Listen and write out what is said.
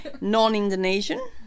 non-Indonesian